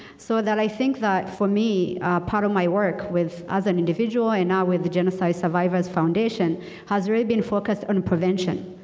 so that i think that for me part of my work with, as an individual and ah with genocide survivors foundation has really been focused on prevention.